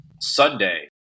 Sunday